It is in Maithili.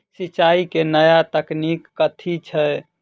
सिंचाई केँ नया तकनीक कथी छै?